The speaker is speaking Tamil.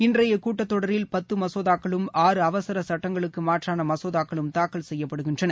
இன்றைய கூட்டத்தொடரில் பத்து மசோதாக்களும் ஆறு அவசர சுட்டங்களுக்கு மாற்றான மசோதாக்களும் தாக்கல் செய்யப்படுகின்றன